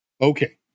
Okay